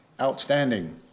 outstanding